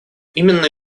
именно